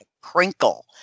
crinkle